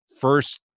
first